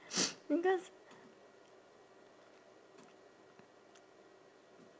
because